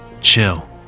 Chill